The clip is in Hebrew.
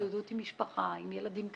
ההתמודדות עם משפחה, עם ילדים קטנים,